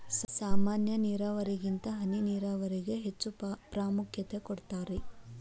ಸಾಮಾನ್ಯ ನೇರಾವರಿಗಿಂತ ಹನಿ ನೇರಾವರಿಗೆ ಹೆಚ್ಚ ಪ್ರಾಮುಖ್ಯತೆ ಕೊಡ್ತಾರಿ